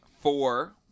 four